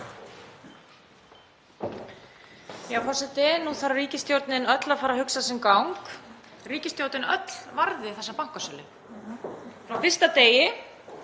Forseti. Nú þarf ríkisstjórnin öll að fara að hugsa sinn gang. Ríkisstjórnin öll varði þessa bankasölu frá fyrsta degi.